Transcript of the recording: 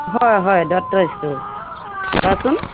হয় হয় দত্ত ষ্ট'ৰ কোৱাচোন